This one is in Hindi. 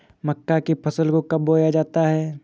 मक्का की फसल को कब बोया जाता है?